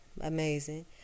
Amazing